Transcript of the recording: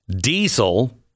Diesel